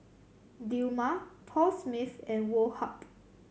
Dilmah Paul Smith and Woh Hup